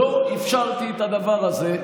לא אפשרתי את הדבר הזה.